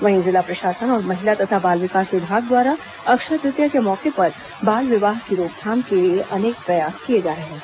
वहीं जिला प्रशासन और महिला तथा बाल विकास विभाग द्वारा अक्षय तृतीया के मौके पर बाल विवाह की रोकथाम के लिए अनेक प्रयास किए जा रहे हैं